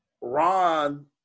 Ron